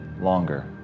longer